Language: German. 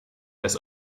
des